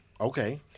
Okay